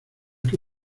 que